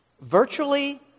virtually